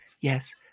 yes